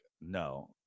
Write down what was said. no